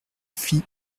fit